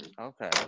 Okay